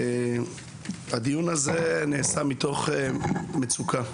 הדיון הזה נעשה מתוך מצוקה.